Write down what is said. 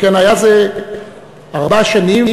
שכן היה זה ארבע שנים,